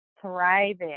thriving